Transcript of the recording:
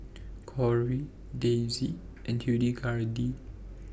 Kory Daisy and Hildegarde